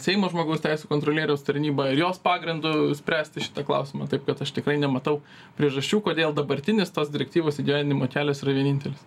seimo žmogaus teisių kontrolieriaus tarnyba ir jos pagrindu spręsti šitą klausimą taip kad aš tikrai nematau priežasčių kodėl dabartinis tos direktyvos įgyvendinimo kelias yra vienintelis